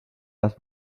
las